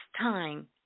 time